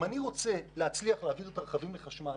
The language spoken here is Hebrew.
אם אני רוצה להצליח להעביר רכבים לחשמל